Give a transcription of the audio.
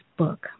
book